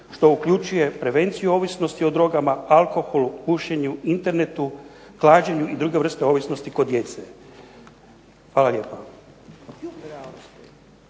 što uključuje prevenciju ovisnosti o drogama, alkoholu, pušenju, Internetu, klađenju i druge vrste ovisnosti kod djece. Hvala lijepa.